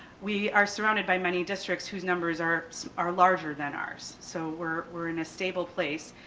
we are surrounded by many districts whose numbers are are larger than ours. so we're we're in a stable place.